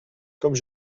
comme